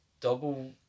double